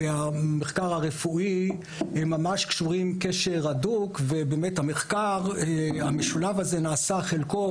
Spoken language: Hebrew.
והמחקר הרפואי קשורים קשר הדוק והמחקר המשולב הזה נעשה חלקו